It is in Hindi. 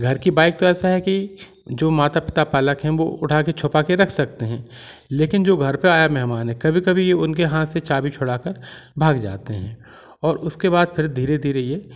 घर की बाईक तो ऐसा है की जो माता पिता पालक है वो उठा के छुपा के रख सकते हैं लेकिन जो घर पे आया मेहमान है कभी कभी ये उनके हाथ से चाभी छुड़ा कर भाग जाते हैं और उसके बाद फिर धीरे धीरे ये